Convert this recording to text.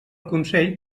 consell